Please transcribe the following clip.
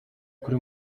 kuri